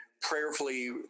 prayerfully